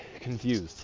confused